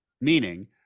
meaning